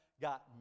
got